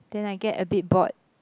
then I get a bit bored